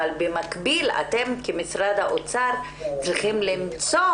אבל במקביל אתם כמשרד האוצר תפקידכם למצוא